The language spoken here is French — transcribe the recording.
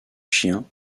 chiens